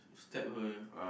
stab her